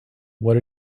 what